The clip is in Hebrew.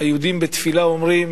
היהודים בתפילה אומרים